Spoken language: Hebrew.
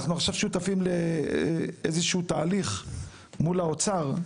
אנחנו עכשיו שותפים לאיזה שהוא תהליך מול האוצר,